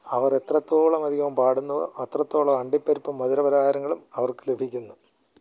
അവർ എത്രത്തോളം അധികം പാടുന്നുവോ അത്രത്തോളം അണ്ടിപ്പരിപ്പും മധുരപലഹാരങ്ങളും അവർക്ക് ലഭിക്കുന്നു